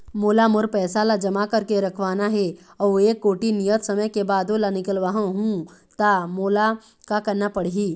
मोला मोर पैसा ला जमा करके रखवाना हे अऊ एक कोठी नियत समय के बाद ओला निकलवा हु ता मोला का करना पड़ही?